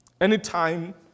Anytime